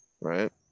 right